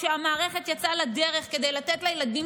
כשהמערכת יצאה לדרך כדי לתת לילדים